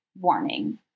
warning